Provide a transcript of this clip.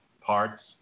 parts